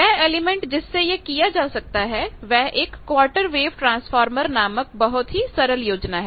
वह एलिमेंट जिससे यह किया जा सकता है वह एक क्वार्टर वेव ट्रांसफार्मर नामक बहुत ही सरल योजना है